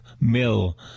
Mill